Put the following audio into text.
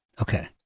Okay